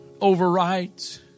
overrides